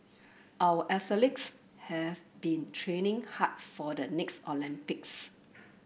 our have been training hard for the next Olympics